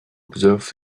observe